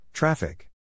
Traffic